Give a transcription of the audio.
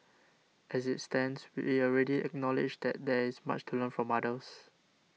as it stands we will already acknowledge that there is much to learn from others